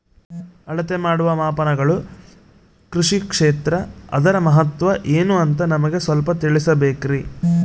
ಅಳತೆ ಮಾಡುವ ಮಾಪನಗಳು ಕೃಷಿ ಕ್ಷೇತ್ರ ಅದರ ಮಹತ್ವ ಏನು ಅಂತ ನಮಗೆ ಸ್ವಲ್ಪ ತಿಳಿಸಬೇಕ್ರಿ?